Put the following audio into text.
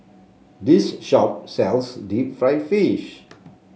this shop sells Deep Fried Fish